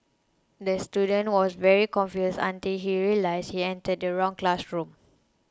the student was very confused until he realised he entered the wrong classroom